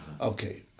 Okay